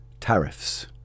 tariffs